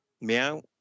Meow